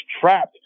trapped